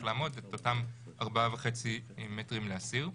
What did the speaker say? לעמוד ואת אותם ארבעה וחצי מטרים לאסיר.